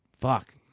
fuck